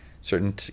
certain